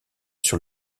sur